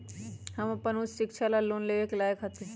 हम अपन उच्च शिक्षा ला लोन लेवे के लायक हती?